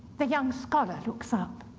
the young scholar looks up.